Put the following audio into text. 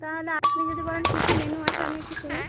তাহলে আপনি যদি বলেন কী কী মেনু আছে আমি একটু শুনি